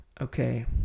okay